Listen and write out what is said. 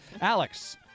Alex